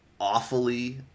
awfully